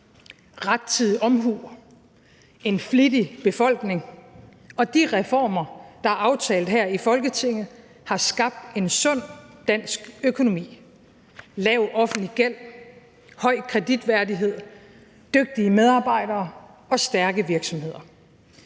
Rettidig omhu, en flittig befolkning og de reformer, der er aftalt her i Folketinget, har skabt en sund dansk økonomi med lav offentlig gæld, høj kreditværdighed, dygtige medarbejdere og stærke virksomheder.